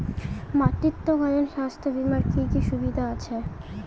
মাতৃত্বকালীন স্বাস্থ্য বীমার কি কি সুবিধে আছে?